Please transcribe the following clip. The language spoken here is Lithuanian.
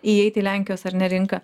įeit į lenkijos ar ne rinką